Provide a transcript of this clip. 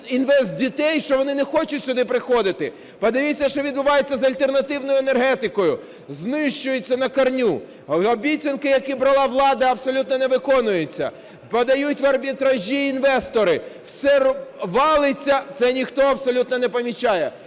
"інвестдітей", що вони не хочуть сюди приходити. Подивіться, що відбувається з альтернативною енергетикою – знищується на корню. Обіцянки, які брала влада, абсолютно не виконуються. Подають в арбітражі інвестори, все валиться, це ніхто абсолютно не помічає.